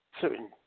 certain